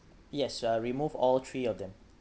yes uh remove all three of them